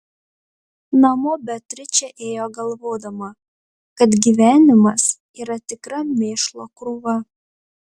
namo beatričė ėjo galvodama kad gyvenimas yra tikra mėšlo krūva